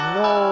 no